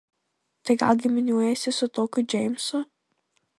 tai gal giminiuojiesi su tokiu džeimsu